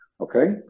Okay